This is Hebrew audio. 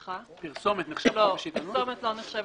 לא,